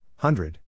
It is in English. Hundred